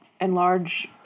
enlarge